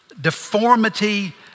deformity